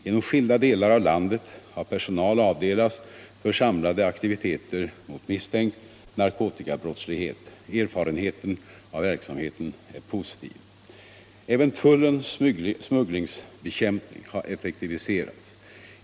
Inom skilda delar av landet har personal avdelats för samlade aktiviteter mot misstänkt narkotikabrottslighet. Erfarenheten av verksamheten är positiv. Även tullens smugglingsbekämpning har effektiviserats.